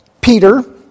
Peter